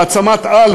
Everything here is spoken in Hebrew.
מעצמת-על,